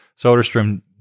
Soderstrom